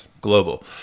global